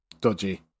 dodgy